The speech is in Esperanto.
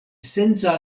esenca